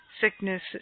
sickness